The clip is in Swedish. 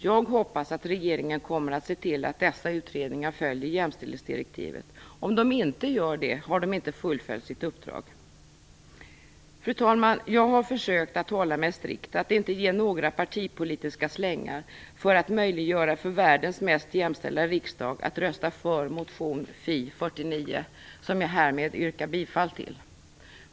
Jag hoppas att regeringen kommer att se till att dessa utredningar följer jämställdhetsdirektivet. Om de inte gör det, fullföljer de inte sitt uppdrag. Fru talman! Jag har försökt att förhålla mig strikt och inte ge några partipolitiska slängar för att möjliggöra för världens mest jämställda riksdag att rösta för motion Fi49, som jag härmed yrkar bifall till.